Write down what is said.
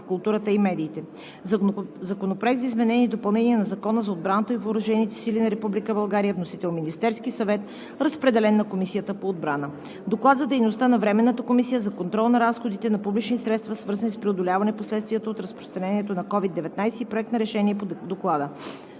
културата и медиите; Законопроект за изменение и допълнение на Закона за отбраната и въоръжените сили на Република България. Вносител е Министерският съвет. Разпределен е на Комисията по отбрана; Доклад за дейността на Временната комисия за контрол на разходите на публични средства, свързани с преодоляването последствията от разпространението на COVID-19 и Проект на решене по Доклада.